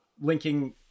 linking